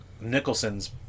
Nicholson's